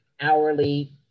hourly